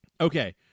Okay